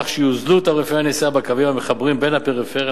כך שיוזלו תעריפי הנסיעה בקווים המחברים בין הפריפריה